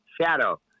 shadow